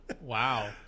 wow